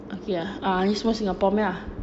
okay ah this one singapore punya ah